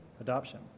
adoption